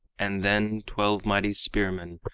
and then twelve mighty spearmen,